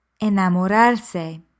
Enamorarse